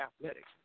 athletics